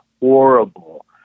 horrible